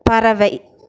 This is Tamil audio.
பறவை